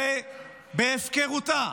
ובהפקרותה,